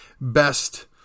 best